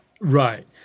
Right